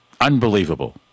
Unbelievable